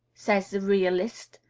says the realist.